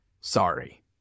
sorry